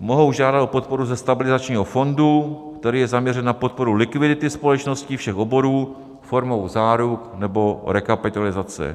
mohou žádat o podporu ze stabilizačního fondu, který je zaměřen na podporu likvidity společností všech oborů formou záruk nebo rekapitalizace.